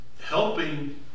helping